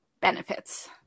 benefits